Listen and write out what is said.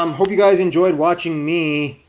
um hope you guys enjoyed watching me.